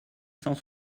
cent